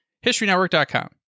HistoryNetwork.com